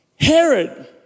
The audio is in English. Herod